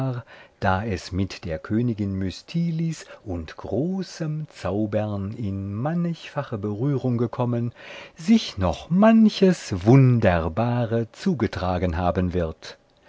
da es mit der königin mystilis und großem zaubern in mannigfache berührung gekommen sich noch manches wunderbare zugetragen haben wird